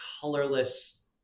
colorless